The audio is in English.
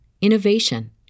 innovation